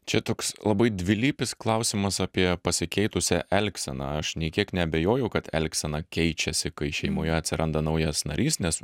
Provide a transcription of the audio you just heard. čia toks labai dvilypis klausimas apie pasikeitusią elgseną aš nei kiek neabejoju kad elgsena keičiasi kai šeimoje atsiranda naujas narys nes